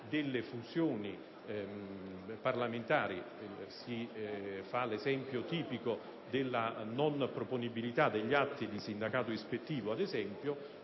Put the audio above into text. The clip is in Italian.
delle funzioni parlamentari (un esempio tipico è la non proponibilità degli atti di sindacato ispettivo), non